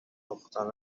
تخمدان